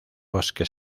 bosque